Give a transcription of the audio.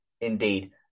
indeed